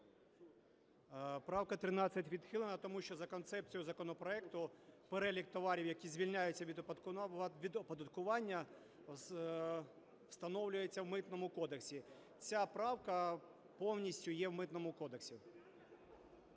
Правка 13 відхилена, тому що за концепцією законопроекту перелік товарів, які звільняються від оподаткування, встановлюється в Митному кодексі. Ця правка повністю є в Митному кодексі.